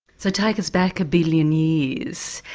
so take us back a billion years,